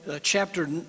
chapter